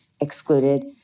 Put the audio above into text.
excluded